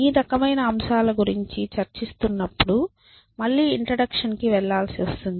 ఈ రకమైన అంశాలగురించి చర్చిస్తున్నప్పుడు మళ్లి ఇంట్రడక్షన్ కి వెళ్లాల్సి వస్తుంది